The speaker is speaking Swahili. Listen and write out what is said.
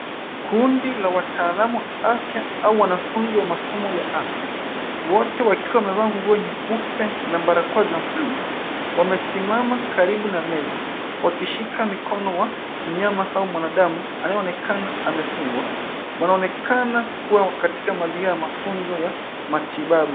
kundi la wataalamu wa afya au wanafunzi wa masomo ya afya, wote wakiwa wamevaa nguo nyeupe na barakoa za buluu, wamesimama karibu na meza wakishika mikono wa nyama au mwanadamu anayeonekana amefungwa. Wanaonekana kuwa katika mazingira ya mafunzo ya matibabu.